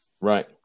Right